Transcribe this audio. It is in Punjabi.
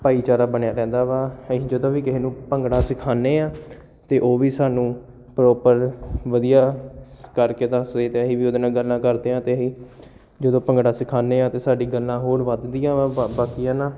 ਭਾਈਚਾਰਾ ਬਣਿਆ ਰਹਿੰਦਾ ਵਾ ਅਸੀਂ ਜਦੋਂ ਵੀ ਕਿਸੇ ਨੂੰ ਭੰਗੜਾ ਸਿਖਾਉਂਦੇ ਹਾਂ ਤਾਂ ਉਹ ਵੀ ਸਾਨੂੰ ਪ੍ਰੋਪਰ ਵਧੀਆ ਕਰਕੇ ਦੱਸਦੇ ਅਤੇ ਅਸੀਂ ਵੀ ਉਹਦੇ ਨਾਲ ਗੱਲਾਂ ਕਰਦੇ ਹਾਂ ਅਤੇ ਅਸੀਂ ਜਦੋਂ ਭੰਗੜਾ ਸਿਖਾਉਂਦੇ ਹਾਂ ਤਾਂ ਸਾਡੀ ਗੱਲਾਂ ਹੋਰ ਵੱਧਦੀਆਂ ਵਾ ਬ ਬਾਕੀਆਂ ਨਾਲ